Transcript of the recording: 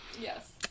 Yes